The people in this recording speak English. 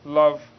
love